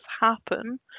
happen